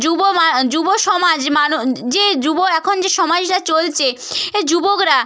যুব মা যুব সমাজ মানু যে যুব এখন যে সমাজটা চলছে এ যুবকরা